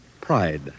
pride